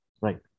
Right